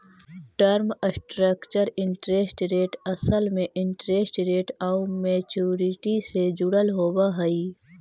term structure interest rate असल में interest rate आउ मैच्योरिटी से जुड़ल होवऽ हई